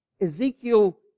Ezekiel